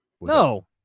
No